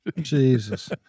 Jesus